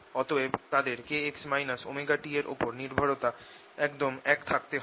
অতএব তাদের kx ωt এর ওপর নির্ভরতা একদম এক থাকতে হবে